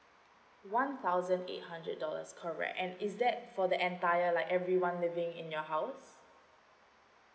one thousand eight hundred dollars correct and is that for the entire like everyone living in your house